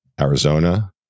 Arizona